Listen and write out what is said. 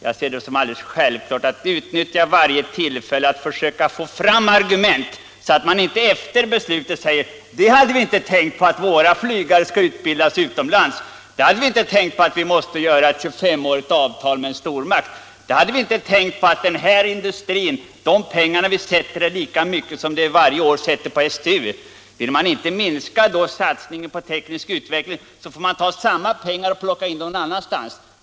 Jag ser det som självklart att utnyttja varje tillfälle att försöka få fram argument, så att man inte efter beslutet säger: Vi hade inte tänkt på att våra flygare skall utbildas utomlands, att vi måste träffa ett 20-årigt avtal med en stormakt eller att de pengar vi sätter in i denna industri motsvarar vad vi varje år satsar på STU. Vill man då inte minska satsningen på teknisk utveckling, får man ta samma pengar och sätta in dem någon annanstans.